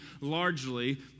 largely